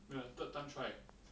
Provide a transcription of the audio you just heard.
then the third time try